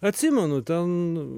atsimenu ten